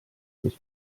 mis